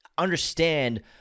understand